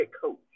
coach